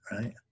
right